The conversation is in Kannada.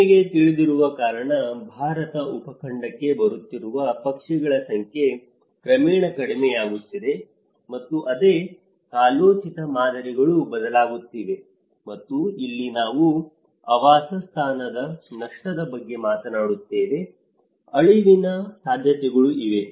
ನಿಮಗೆ ತಿಳಿದಿರುವ ಕಾರಣ ಭಾರತ ಉಪಖಂಡಕ್ಕೆ ಬರುತ್ತಿರುವ ಪಕ್ಷಿಗಳ ಸಂಖ್ಯೆ ಕ್ರಮೇಣ ಕಡಿಮೆಯಾಗುತ್ತಿದೆ ಮತ್ತು ಅದೇ ಕಾಲೋಚಿತ ಮಾದರಿಗಳು ಬದಲಾಗುತ್ತಿವೆ ಮತ್ತು ಇಲ್ಲಿ ನಾವು ಆವಾಸಸ್ಥಾನದ ನಷ್ಟದ ಬಗ್ಗೆ ಮಾತನಾಡುತ್ತೇವೆ ಅಳಿವಿನ ಸಾಧ್ಯತೆಗಳೂ ಇವೆ